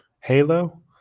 Halo